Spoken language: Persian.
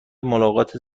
ملاقات